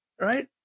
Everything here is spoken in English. right